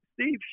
Steve